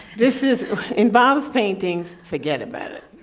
this is in bob's paintings. forget about it.